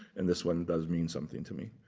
and this one does mean something to me,